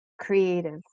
creative